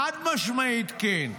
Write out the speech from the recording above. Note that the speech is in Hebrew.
חד-משמעית כן.